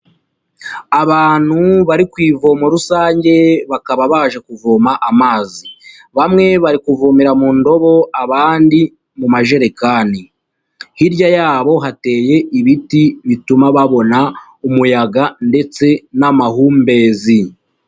Abantu bari ku ivomo rusange bakaba baje kuvoma amazi, bamwe bari kuvomera mu ndobo abandi mu majerekani, hirya yabo hateye ibiti bituma babona umuyaga ndetse n'amahumbezi.